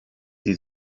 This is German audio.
die